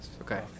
okay